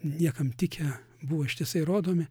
niekam tikę buvo ištisai rodomi